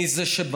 אני זה,